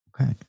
Okay